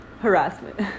harassment